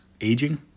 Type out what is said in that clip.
aging